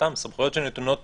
סתם סמכויות שנתונות